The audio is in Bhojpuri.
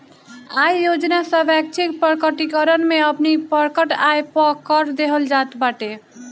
आय योजना स्वैच्छिक प्रकटीकरण में अपनी प्रकट आय पअ कर देहल जात बाटे